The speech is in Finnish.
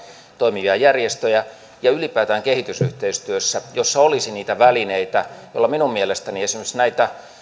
toimivia järjestöjä että ylipäätään kehitysyhteistyössä jossa olisi niitä välineitä joilla minun mielestäni esimerkiksi näitä